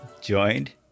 joined